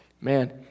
Man